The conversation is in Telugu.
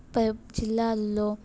ప జిల్లాలలో